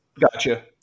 gotcha